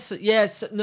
Yes